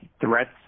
threats